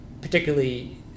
particularly